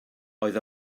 oedd